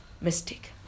mistake